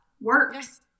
works